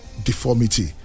Deformity